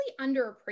underappreciated